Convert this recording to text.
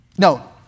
No